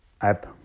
App